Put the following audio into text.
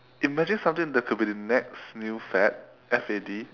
imagine something that could be the next new fad F A D